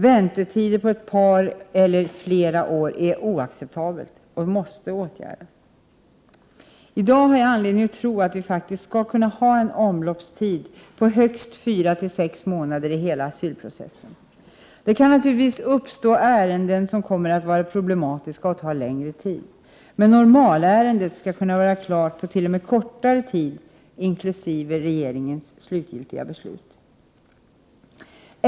Väntetider på ett par eller flera år är oacceptabelt och måste åtgärdas. I dag har jag anledning att tro att vi faktiskt skall kunna ha en omloppstid på högst fyra till sex månader för hela asylprocessen. Det kan naturligtvis uppstå ärenden som kommer att vara problematiska och ta längre tid, men normalärendet skall kunna vara klart på t.o.m. kortare tid inkl. regeringens slutliga beslut.